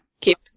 Keep